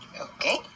Okay